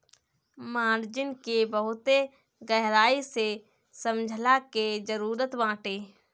margin के बहुते गहराई से समझला के जरुरत बाटे